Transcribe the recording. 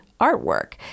artwork